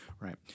Right